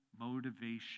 motivation